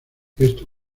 esto